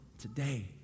today